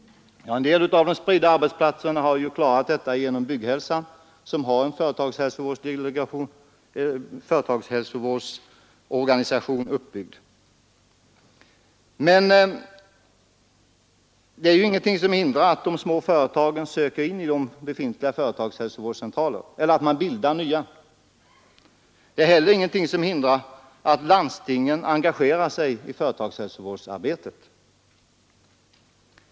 En del problem med spridda arbetsplatser har klarats genom Bygghälsan, som har en företagshälsovårdsorganisation uppbyggd. Men det är ju ingenting som hindrar att de små företagen söker sig till befintliga företagshälsovårdscentraler eller att de bildar nya. Det är heller ingenting som hindrar att landstingen engagerar sig i företagshälsovården.